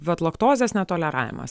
vat laktozės netoleravimas